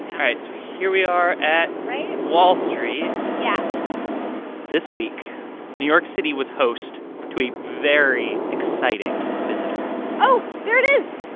right, so here we are at. right. wall street yeah this week new york city was host to a very exciting visitor oh, there it is